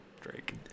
Drake